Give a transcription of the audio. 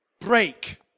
break